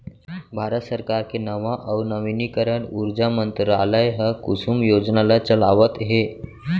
भारत सरकार के नवा अउ नवीनीकरन उरजा मंतरालय ह कुसुम योजना ल चलावत हे